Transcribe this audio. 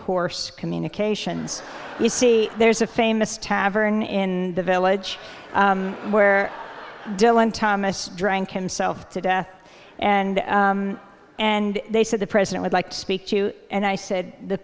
horse communications you see there's a famous tavern in the village where dylan thomas drank himself to death and and they said the president would like to speak to you and i said the